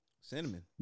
cinnamon